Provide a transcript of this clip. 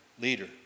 leader